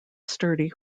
sturdy